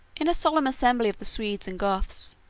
in a solemn assembly of the swedes and goths,